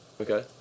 okay